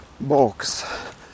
box